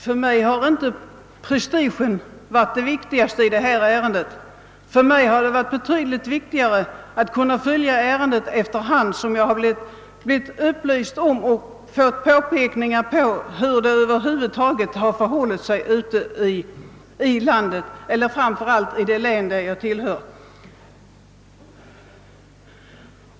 För mig har inte prestigen varit det viktigaste i detta ärende, utan det har förefallit mig att vara betydligt viktigare att fullfölja ärendet, allteftersom jag blivit upplyst om hur det över huvud taget har förhållit sig på denna punkt ute i landet och framför allt i det län som jag tillhör.